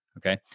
Okay